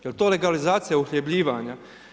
Je li to legalizacija uhljebljivanja?